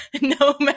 no